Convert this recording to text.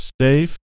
safe